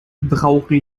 brauche